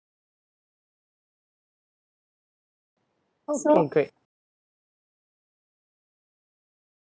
okay great